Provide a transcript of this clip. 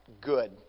good